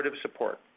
support